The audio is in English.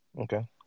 Okay